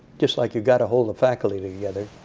just like you got to hold the faculty together,